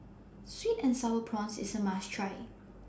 Sweet and Sour Prawns IS A must Try